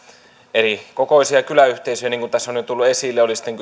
erikokoisia kyläyhteisöjä niin kuin tässä on nyt tullut esille oli sitten